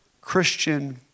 Christian